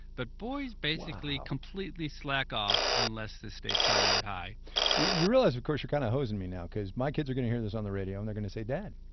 but boys basically completely slack off unless the stakes are really high you realize, of course, you're kind of hosing me now, because my kids are going to hear this on the radio and they're going to say, dad,